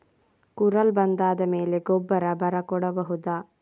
ಕುರಲ್ ಬಂದಾದ ಮೇಲೆ ಗೊಬ್ಬರ ಬರ ಕೊಡಬಹುದ?